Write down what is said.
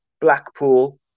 Blackpool